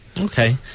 okay